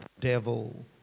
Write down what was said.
devil